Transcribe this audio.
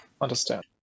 Understand